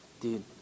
Dude